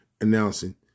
announcing